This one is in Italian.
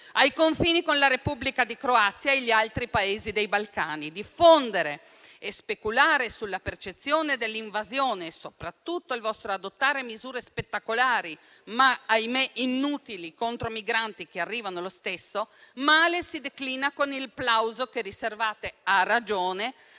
ai confini con la Repubblica di Croazia e gli altri Paesi dei Balcani. Diffondere e speculare sulla percezione dell'invasione e soprattutto il vostro adottare misure spettacolari, ma ahimè inutili contro migranti che arrivano lo stesso, male si declina con il plauso che riservate, a ragione,